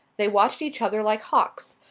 they watched each other like hawks.